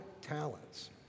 talents